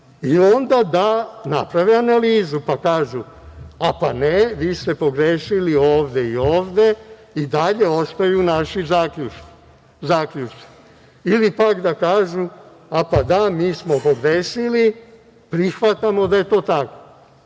i onda da naprave analizu, pa kažu – pa, ne, vi ste pogrešili ovde i ovde i dalje ostaju naši zaključci ili, pak, da kažu – a, pa, da, mi smo pogrešili, prihvatamo da je to tako.Za